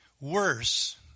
Worse